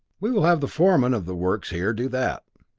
we will have the foreman of the works here do that.